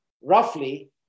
roughly